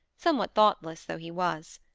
somewhat thoughtless though he was.